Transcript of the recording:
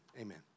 Amen